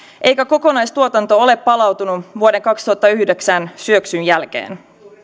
eikä kokonaistuotanto ole palautunut vuoden kaksituhattayhdeksän syöksyn jälkeen